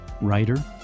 writer